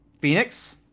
Phoenix